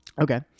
okay